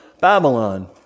Babylon